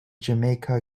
jamaica